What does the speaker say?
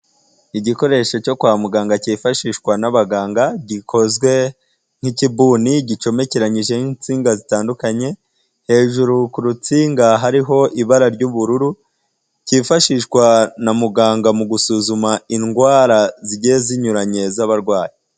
Igikoresho cyo kwa muganga cyifashishwa n'abaganga gikozwe nk'ikibuni, gicomekeranyijeho insinga zitandukanye, hejuru ku rutsinga hariho ibara ry'ubururu, cyifashishwa na muganga mu gusuzuma indwara zigiye zinyuranye z'abarwayi.